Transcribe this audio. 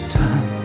time